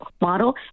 model